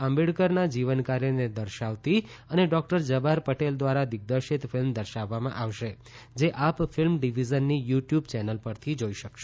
આંબેડકરના જીવન કાર્યને દર્શાવતી અને ડોક્ટર જબ્બાર પટેલ દ્વારા દિગદર્શિત ફિલ્મ દર્શાવવામાં આવશે જે આપ ફિલ્મ ડિવિઝનની યુ ટ્યૂબ ચેનલ પરથી જોઈ શકાશે